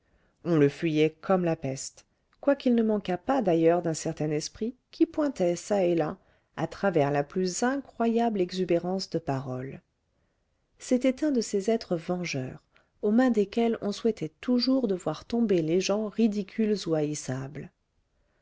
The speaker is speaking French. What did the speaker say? on le fuyait comme la peste quoiqu'il ne manquât pas d'ailleurs d'un certain esprit qui pointait çà et là à travers la plus incroyable exubérance de paroles c'était un de ces êtres vengeurs aux mains desquels on souhaitait toujours de voir tomber les gens ridicules ou haïssables